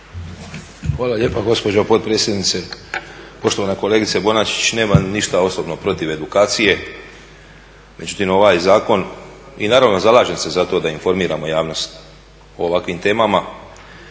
Hvala lijepo poštovana potpredsjednice. Poštovana kolegice Bonačić nemam ništa osobno protiv edukacije i naravno zalažem se za to da informiramo javnost o ovakvim temama.